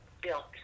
built